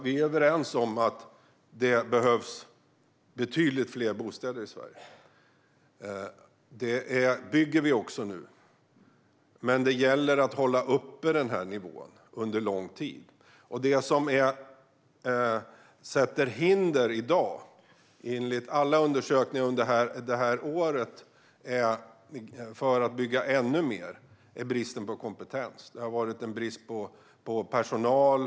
Vi är överens om att det behövs betydligt fler bostäder i Sverige. Det bygger vi också nu. Men det gäller att hålla uppe nivån under lång tid. Det som i dag sätter hinder för att bygga ännu mer enligt alla undersökningar under året är bristen på kompetens. Det har varit en brist på personal.